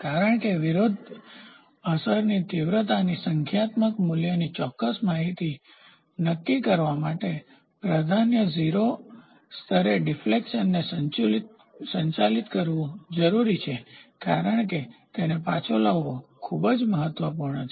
કારણ કે વિરોધી અસરની તીવ્રતાની સંખ્યાત્મક મૂલ્યની ચોક્કસ માહિતી નક્કી કરવા માટે પ્રાધાન્ય 0 સ્તરે ડિફ્લેક્શનને સંતુલિત કરવું જરૂરી છે કારણ કે તેને પાછો લાવવો ખૂબ જ મહત્વપૂર્ણ છે